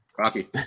Rocky